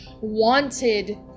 wanted